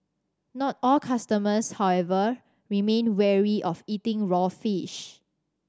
not all customers however remain wary of eating raw fish